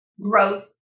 growth